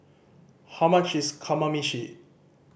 how much is Kamameshi